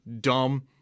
Dumb